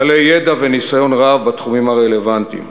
בעלי ידע וניסיון רב בתחומים הרלוונטיים.